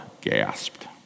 gasped